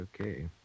okay